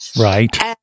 Right